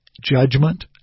judgment